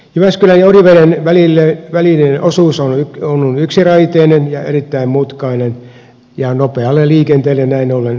jyväskylän ja oriveden välinen osuus on yksiraiteinen ja erittäin mutkainen ja nopealle liikenteelle näin ollen sopimaton